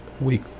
week